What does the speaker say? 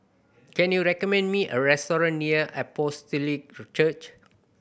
can you recommend me a restaurant near Apostolic Church